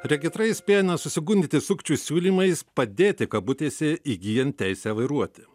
regitra įspėja nesusigundyti sukčių siūlymais padėti kabutėse įgyjant teisę vairuoti